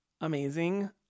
amazing